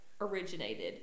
originated